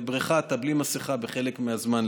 ובבריכה אתה בלי מסכה בחלק מהזמן,